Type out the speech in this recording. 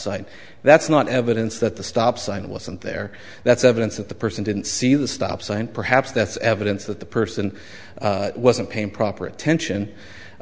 sign that's not evidence that the stop sign wasn't there that's evidence that the person didn't see the stop sign perhaps that's evidence that the person wasn't paying proper attention